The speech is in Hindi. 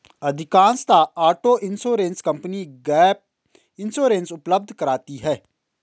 अधिकांशतः auto insurance company gap insurance उपलब्ध कराती है